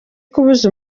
kubuza